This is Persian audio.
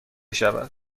شود